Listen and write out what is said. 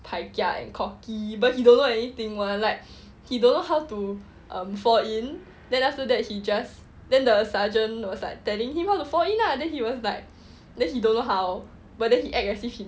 pai kia and cocky but he don't know anything [one] like he don't know how to um fall in then after that he just then the sergeant was like telling him how to fall in lah then he was like then he don't know how but then he acts as if he know how